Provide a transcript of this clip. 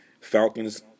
falcons